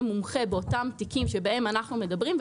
מומחה באותם תיקים שבהם אנחנו מדברים.